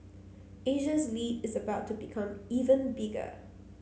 Asia's lead is about to become even bigger